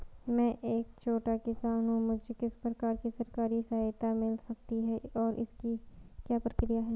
मैं एक छोटा किसान हूँ मुझे किस प्रकार की सरकारी सहायता मिल सकती है और इसकी क्या प्रक्रिया है?